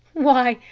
why,